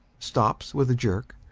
stops with a jerk,